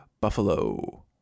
Buffalo